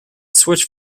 switch